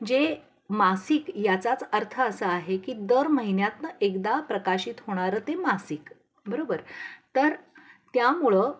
जे मासिक याचाच अर्थ असा आहे की दर महिन्यातून एकदा प्रकाशित होणारं ते मासिक बरोबर तर त्यामुळं